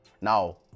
now